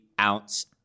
ounce